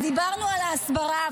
אז דיברנו על ההסברה,